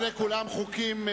אלה כולם חוקים,